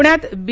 पृण्यात बी